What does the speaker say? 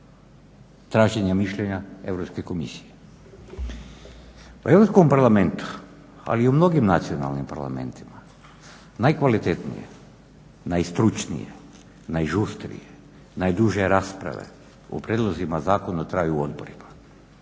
traženja mišljenja Europske komisije. U Europskom parlamentu, ali i u mnogim Nacionalnim parlamentima najkvalitetnije, najstručnije, najžustrije, najduže rasprave o prijedlozima zakona traju u odborima,